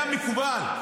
היה מקובל.